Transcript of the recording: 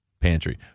pantry